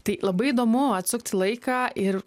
tai labai įdomu atsukt laiką ir